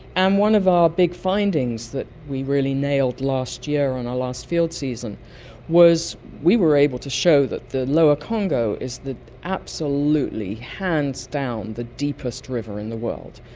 and one of our big findings that we really nailed last year on our last field season was we were able to show that the lower congo is absolutely, hands down, the deepest river in the world.